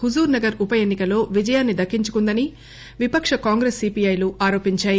హుజూర్ నగర్ ఉప ఎన్ని కలో విజయాన్ని దక్కించుకుందని విపక్ష కాంగ్రెస్ సీపీఐలు ఆరోపించాయి